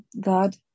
God